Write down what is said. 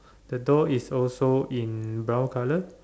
the door is also in brown colour